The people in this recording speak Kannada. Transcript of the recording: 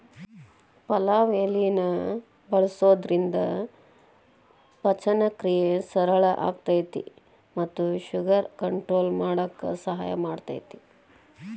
ಪಲಾವ್ ಎಲಿನ ಬಳಸೋದ್ರಿಂದ ಪಚನಕ್ರಿಯೆ ಸರಳ ಆಕ್ಕೆತಿ ಮತ್ತ ಶುಗರ್ ಕಂಟ್ರೋಲ್ ಮಾಡಕ್ ಸಹಾಯ ಮಾಡ್ತೆತಿ